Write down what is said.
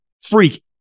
freak